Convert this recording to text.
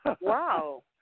wow